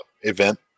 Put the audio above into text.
event